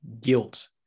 guilt